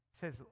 says